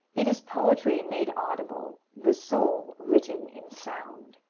it is poetry made audible, the soul written in sound.